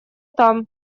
там